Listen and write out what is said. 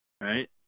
right